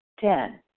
Ten